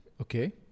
Okay